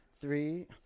three